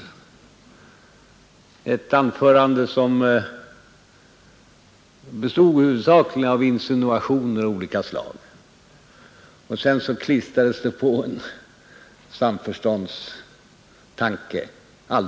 Hans eget anförande bestod huvudsakligen av insinuationer av olika slag. I näst sista bisatsen klistrades samförståndstanken på.